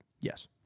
Yes